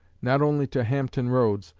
not only to hampton roads,